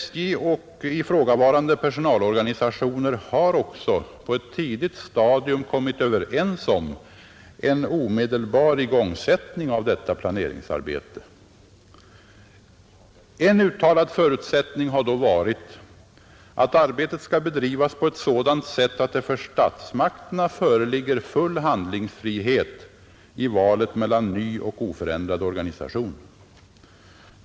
SJ och ifrågavarande personalorganisationer har också på ett tidigt stadium kommit överens om en omedelbar igångsättning av detta planeringsarbete. En uttalad förutsättning har då varit att arbetet skall bedrivas på ett sådant sätt att det för statsmakterna föreligger full handlingsfrihet i valet mellan ny och oförändrad organisation.